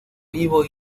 vivo